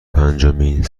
پنجمین